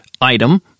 item